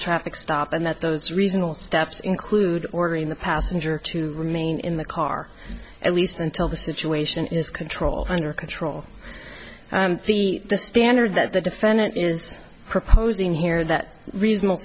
traffic stop and that those reasonable steps include ordering the passenger to remain in the car at least until the situation is controlled under control the standard that the defendant is proposing here that reasonable